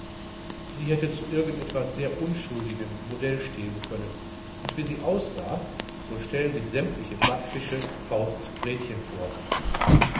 sie hätte zu irgend etwas sehr unschuldigem modell stehen können und wie sie aussah so stellen sich sämmtliche backfische fausts gretchen vor